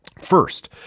First